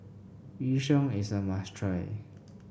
Yu Sheng is a must try